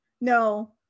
No